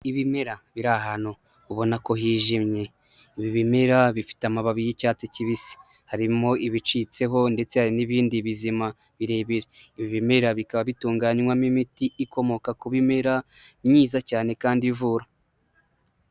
Ibimera biri ahantu ubona ko hijimye, ibi bimera bifite amababi y'icyatsi kibisi, harimo ibicitseho ndetse n'ibindi bizima birebire, ibi bimera bikaba bitunganywamo imiti ikomoka ku bimerara myiza cyane kandi ivura.